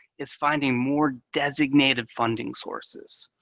is finding more designated funding sources.